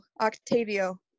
Octavio